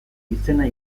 izena